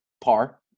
par